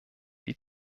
die